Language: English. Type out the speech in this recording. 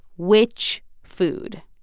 which food?